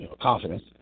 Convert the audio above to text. confidence